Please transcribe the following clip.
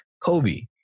Kobe